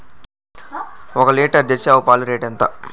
ఒక litre jersey ఆవు పాలు రేటు ఎంత?